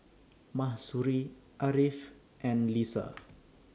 Mahsuri Ariff and Lisa